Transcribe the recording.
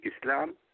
Islam